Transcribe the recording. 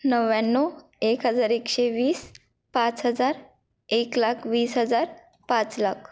नव्याण्णव एक हजार एकशे वीस पाच हजार एक लाख वीस हजार पाच लाख